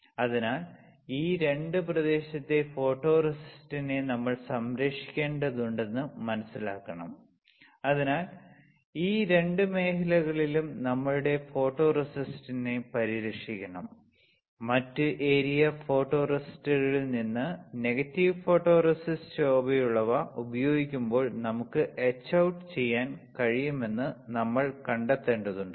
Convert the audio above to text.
അതിനാൽ ഈ 2 പ്രദേശത്തെ ഫോട്ടോറെസിസ്റ്റിനെ നമ്മൾ സംരക്ഷിക്കേണ്ടതുണ്ടെന്ന് മനസിലാക്കാണം അതിനാൽ ഈ രണ്ട് മേഖലകളിലും നമ്മളുടെ ഫോട്ടോറെസിസ്റ്റിനെ പരിരക്ഷിക്കണം മറ്റ് ഏരിയ ഫോട്ടോറെസിസ്റ്റുകളിൽ നിന്ന് നെഗറ്റീവ് ഫോട്ടോറെസിസ്റ്റ് ശോഭയുള്ളവ ഉപയോഗിക്കുമ്പോൾ നമുക്ക് എച്ച് ഔട്ട് ചെയ്യാൻ കഴിയുമെന്ന് നമ്മൾ കണ്ടെത്തേണ്ടതുണ്ട്